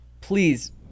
Please